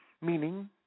Meaning